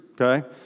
Okay